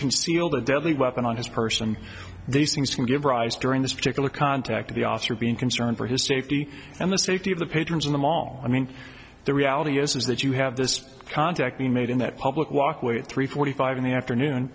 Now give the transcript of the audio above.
concealed a deadly weapon on his person and these things can give rise during this particular contact the officer being concerned for his safety and the safety of the patrons in the mall i mean the reality is is that you have this contact being made in that public walkway at three forty five in the afternoon